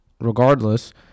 regardless